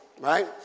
right